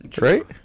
Right